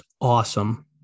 awesome